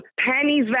pennies